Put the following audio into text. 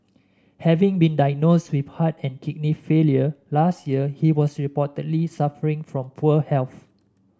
having been diagnosed with heart and kidney failure last year he was reportedly suffering from poor health